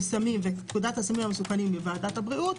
סמים ופקודת הסמים המסוכנים בוועדת הבריאות,